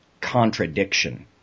contradiction